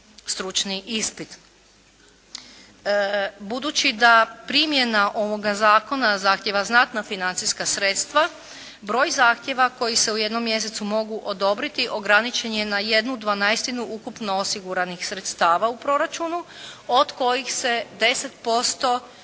stručni ispit. Budući da primjena ovoga Zakona zahtjeva znatna financijska sredstva broj zahtjeva koji se u jednom mjesecu mogu odobriti ograničen je na 1/12 ukupnog osiguranih sredstava u proračunu od kojih se 10%